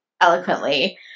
eloquently